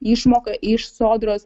išmoka iš sodros